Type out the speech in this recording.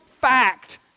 Fact